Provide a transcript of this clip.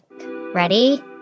Ready